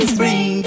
Spring